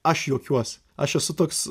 aš juokiuosi aš esu toks